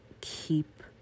keep